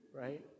Right